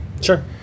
Sure